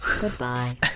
goodbye